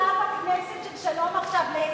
אין שדולה בכנסת של "שלום עכשיו".